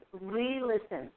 re-listen